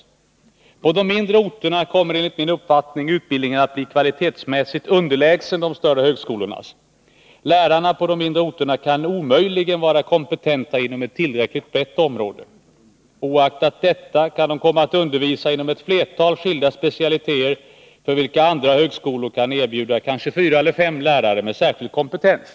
På de mindre orterna kommer utbildningen enligt min uppfattning att bli kvalitetsmässigt underlägsen de större högskolornas. Lärarna på de mindre orterna kan omöjligt vara kompetenta inom ett tillräckligt brett område. Oaktat detta kan de komma att undervisa inom ett flertal skilda specialiteter, för vilka andra högskolor kan erbjuda kanske fyra eller fem lärare med särskild kompetens.